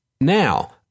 Now